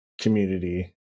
community